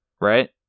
right